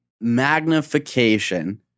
magnification